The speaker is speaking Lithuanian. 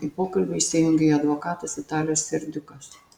į pokalbį įsijungė jo advokatas vitalijus serdiukas